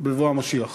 בבוא המשיח.